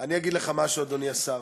אני אגיד לך משהו, אדוני השר.